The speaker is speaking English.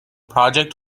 project